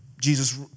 Jesus